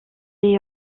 est